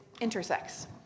intersex